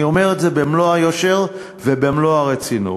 אני אומר את זה במלוא היושר ובמלוא הרצינות.